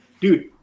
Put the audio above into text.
dude